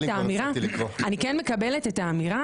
אני כן מקבלת את האמירה